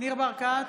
ניר ברקת,